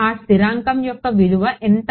ఆ స్థిరాంకం యొక్క విలువ ఎంత